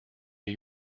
new